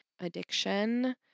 addiction